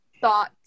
thoughts